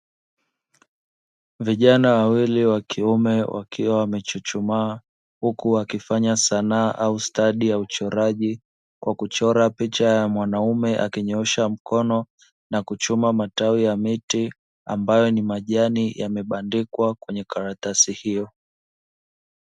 Vijana wawili wakiume wakiwa wamechuchumaa huku wakifanya sanaa au stadi ya uchoraji kwa kuchora picha ya mwanaume, akinyoosha mkono na kuchuma matawi ya miti ambayo ni majani yamebandikwa kwenye karatasi hiyo.